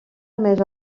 emés